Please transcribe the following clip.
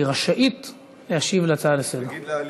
היא רשאית להשיב על הצעה לסדר-היום.